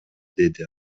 деди